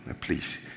please